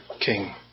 King